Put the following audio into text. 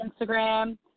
Instagram